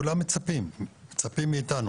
כולם מצפים מאתנו,